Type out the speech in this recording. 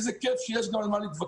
איזה כיף שיש גם על מה להתווכח.